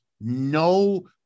no